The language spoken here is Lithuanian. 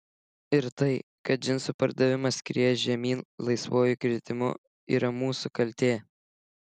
ir tai kad džinsų pardavimas skrieja žemyn laisvuoju kritimu yra mūsų kaltė